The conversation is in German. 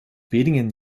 wenigen